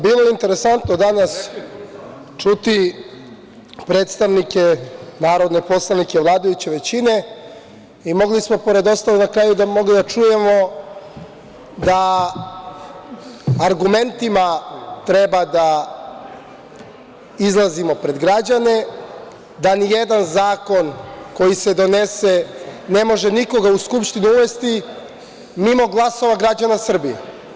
Bilo je interesantno danas čuti narodne poslanike, predstavnike vladajuće većine i mogli smo pored ostalog na kraju da čujemo da argumentima treba da izlazimo pred građane, da ni jedan zakon koji se donese ne može nikoga u Skupštinu uvesti mimo glasova građana Srbije.